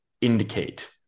indicate